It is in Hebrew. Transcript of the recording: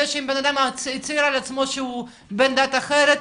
שבן אדם הצהיר על עצמו שהוא בן דת אחרת,